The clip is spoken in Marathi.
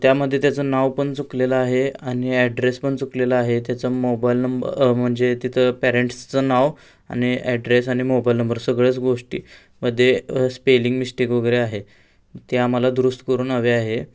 त्यामध्ये त्याचं नाव पण चुकलेलं आहे आणि ॲड्रेस पण चुकलेला आहे त्याचं मोबाईल नंब म्हणजे तिथं पेरेंट्सचं नाव आणि ॲड्रेस आणि मोबाईल नंबर सगळ्याच गोष्टी मध्ये स्पेलिंग मिष्टेक वगैरे आहे ते आम्हाला दुरुस्त करून हवे आहे